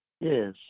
Yes